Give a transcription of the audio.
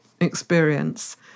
experience